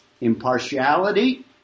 impartiality